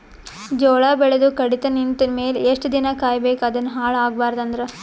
ಜೋಳ ಬೆಳೆದು ಕಡಿತ ನಿಂತ ಮೇಲೆ ಎಷ್ಟು ದಿನ ಕಾಯಿ ಬೇಕು ಅದನ್ನು ಹಾಳು ಆಗಬಾರದು ಅಂದ್ರ?